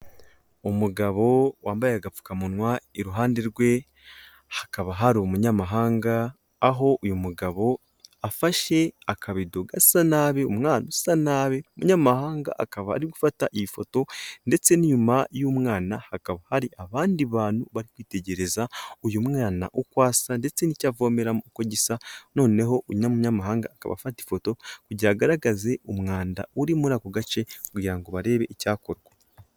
Umugabo wambaye agapfukamunwa iruhande rwe hakaba hari umunyamahanga aho uyu mugabo afashe akabido gasa nabi, umwana usa nabi, umuyamahanga akaba ari gufata iyi foto ndetse n'inyuma y'umwana hakaba hari abandi bantu bri kwitegereza uyu mwana uko asa ndetse n'icyo avomera uko gisa, noneho undi muyamahanga akaba afata ifoto kugira agaragaze umwanda uri muri ako gace kugira ngo barebe icyakorwa.